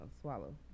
swallow